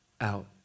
out